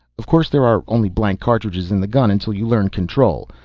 of course there are only blank charges in the gun until you learn control.